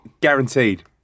guaranteed